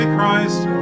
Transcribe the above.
Christ